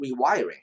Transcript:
rewiring